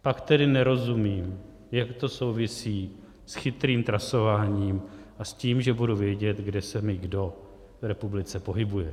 Pak tedy nerozumím, jak to souvisí s chytrým trasováním a s tím, že budu vědět, kde se mi kdo v republice pohybuje.